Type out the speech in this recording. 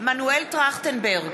מנואל טרכטנברג,